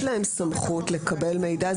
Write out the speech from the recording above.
יש להם סמכות לקבל מידע.